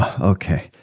Okay